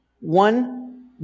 one